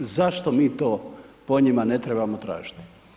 Zašto mi to po njima ne trebamo tražiti?